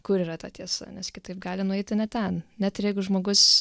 kur yra ta tiesa nes kitaip gali nueiti ne ten net ir jeigu žmogus